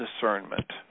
Discernment